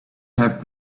have